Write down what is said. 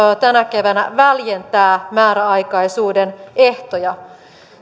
tänä keväänä väljentää määräaikaisuuden ehtoja